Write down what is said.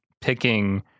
picking